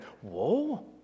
Whoa